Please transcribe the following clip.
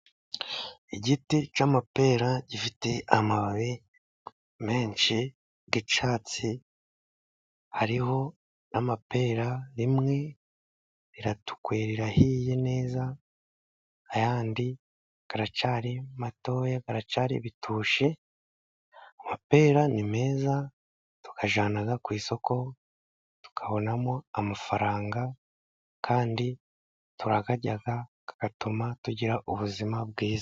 Igiti cy'amapera gifite amababi menshi y'icyatsi hariho n'amapera rimwe riratukuye irindi ntabwo rihiye neza, ayandi aracyari matoya aracyari ibitushi, amapera ni meza tuyajyana ku isoko tukabonamo amafaranga kandi turakayarya agatuma tugira ubuzima bwiza.